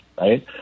right